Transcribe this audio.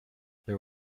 there